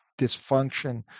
dysfunction